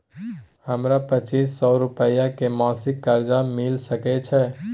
हमरा पच्चीस सौ रुपिया के मासिक कर्जा मिल सकै छै?